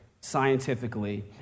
scientifically